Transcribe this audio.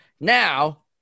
Now